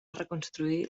reconstruir